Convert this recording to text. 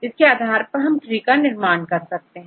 इनके आधार पर हम ट्री का निर्माण करते हैं